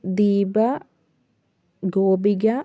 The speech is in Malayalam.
ദീപ ഗോപിക